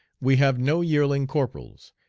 we have no yearling corporals,